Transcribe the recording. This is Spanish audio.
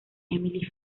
emily